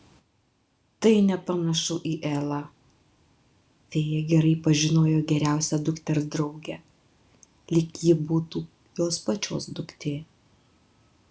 tai nepanašu į elą fėja gerai pažinojo geriausią dukters draugę lyg ji būtų jos pačios duktė